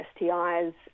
STIs